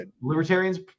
libertarians